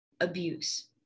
abuse